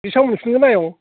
बेसेबां मोनफिनगोन आयं